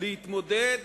להתמודד